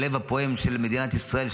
הלב הפועם של מדינת ישראל,